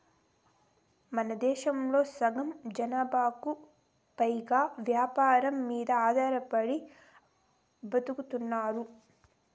మనదేశంలో సగం జనాభాకు పైగా వ్యవసాయం మీద ఆధారపడి బతుకుతున్నారు